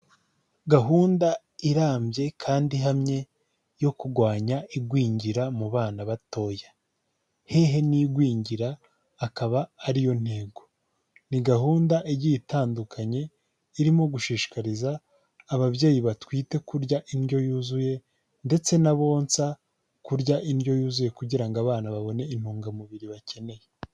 Gahunda irambye kandi ihamye yo kugwanya igwingira mu bana batoya. Hehe n'igwingira akaba ari yo ntego. Ni gahunda igiye itandukanye, irimo gushishikariza ababyeyi batwite kurya indyo yuzuye ndetse n'abonsa, kurya indyo yuzuye kugira ngo abana babone intungamubiri bakeneye.